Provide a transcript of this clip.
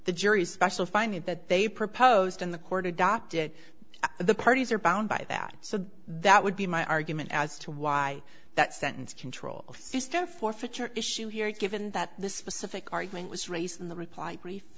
the jury's special finding that they proposed in the court adopt it the parties are bound by that so that would be my argument as to why that sentence control system forfeiture issue here given that the specific argument was raised in the reply brief